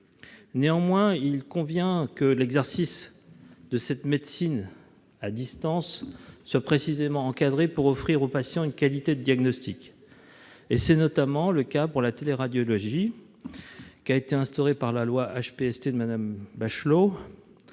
Néanmoins, il convient que l'exercice de cette médecine à distance soit précisément encadré, afin d'offrir aux patients une qualité de diagnostic. Cela concerne, notamment, la téléradiologie, instaurée par la loi HPST de Mme Bachelot.